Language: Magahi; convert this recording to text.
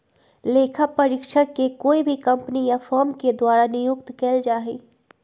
लेखा परीक्षक के कोई भी कम्पनी या फर्म के द्वारा नियुक्त कइल जा हई